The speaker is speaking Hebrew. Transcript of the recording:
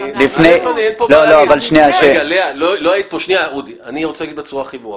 אני רוצה להגיד בצורה הכי ברורה.